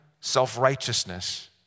self-righteousness